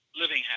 living